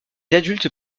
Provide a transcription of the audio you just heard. adultes